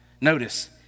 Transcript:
Notice